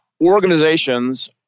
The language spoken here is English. organizations